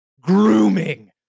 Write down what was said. grooming